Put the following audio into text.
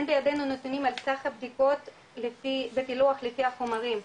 בידינו נתונים על סך הבדיקות בפילוח לפי החומרים,